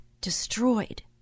destroyed